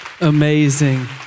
Amazing